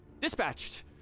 dispatched